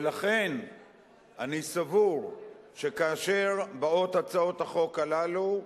ולכן אני סבור שכאשר באות הצעות החוק הללו,